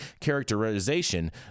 characterization